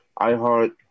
iHeart